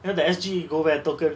you know the S_G go where token